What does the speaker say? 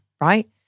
right